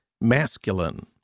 masculine